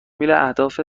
اهداف